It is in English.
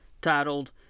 titled